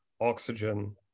oxygen